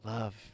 Love